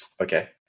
Okay